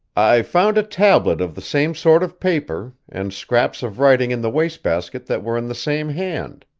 i found a tablet of the same sort of paper, and scraps of writing in the wastebasket that were in the same hand.